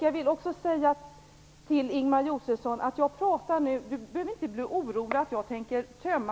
Jag vill också säga till Ingemar Josefsson att han inte behöver bli orolig för att jag tänker tömma